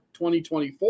2024